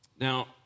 Now